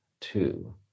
two